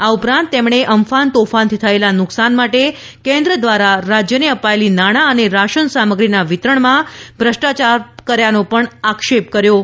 આ ઉપરાંત તેમણે અમ્ફાન તોફાનથી થયેલા નુકસાન માટે કેન્દ્ર દ્વારા રાજ્યને અપાયેલી નાણાં અને રાશન સામગ્રીના વિતરણમાં ભ્રષ્ટાચારનો પણ તેમણે આક્ષેપ કર્યો હતો